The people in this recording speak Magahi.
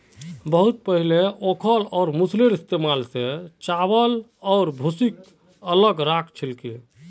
बहुत पहले ओखल और मूसलेर इस्तमाल स चावल आर भूसीक अलग राख छिल की